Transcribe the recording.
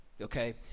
okay